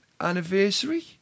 anniversary